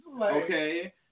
Okay